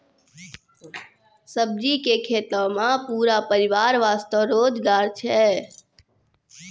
सब्जी के खेतों मॅ पूरा परिवार वास्तॅ रोजगार छै